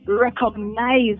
recognize